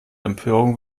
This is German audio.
empörung